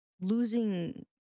losing